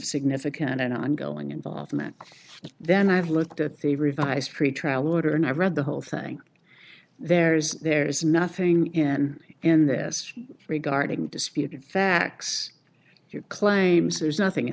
significant and i'm going involvement then i've looked at the revised pretrial order and i read the whole thing there is there is nothing in in this regarding disputed facts you claims there's nothing in